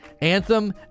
anthem